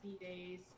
days